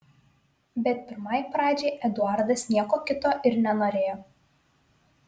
bet pirmai pradžiai eduardas nieko kito ir nenorėjo